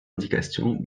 indications